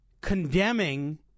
condemning